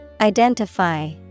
Identify